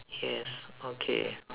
yes okay